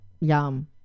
yum